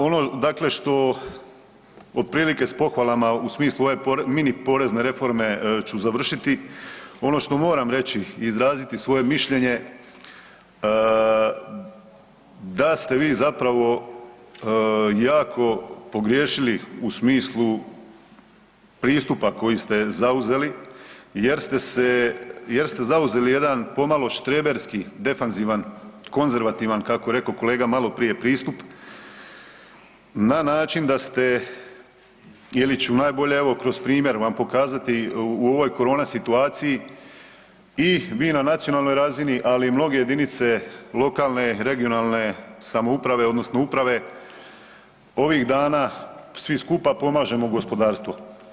Ono dakle što otprilike s pohvalama u smislu ove, mini porezne reforme ću završiti, ono što moram reći i izraziti svoje mišljenje, da ste vi zapravo jako pogriješili u smislu pristupa koji ste zauzeli jer ste se, jer ste zauzeli jedan pomalo štreberski defenzivan, konzervativan, kako je rekao kolega maloprije pristup, na način da ste, ili ću najbolje, evo, kroz primjer vam pokazati, u ovoj korona situaciji i vi na nacionalnoj razini, ali i mnoge jedinice lokalne i regionalne samouprave odnosno uprave, ovih dana svi skupa pomažemo gospodarstvo.